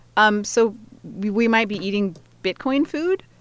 um so we we might be eating bitcoin food?